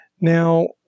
Now